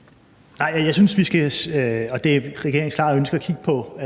(Jeppe Kofod): Nej, det er regeringens klare ønske at kigge på